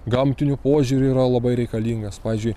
gamtiniu požiūriu yra labai reikalingas pavyzdžiui